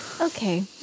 Okay